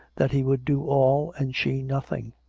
that he would do all and she nothing!